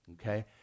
okay